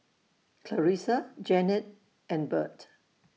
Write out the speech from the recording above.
Clarisa Janet and Burt